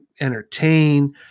entertain